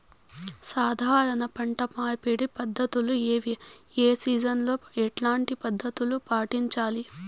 సాధారణ పంట మార్పిడి పద్ధతులు ఏవి? ఏ సీజన్ లో ఎట్లాంటి పద్ధతులు పాటించాలి?